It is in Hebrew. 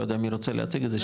לא יודע מי רוצה להציג את זה,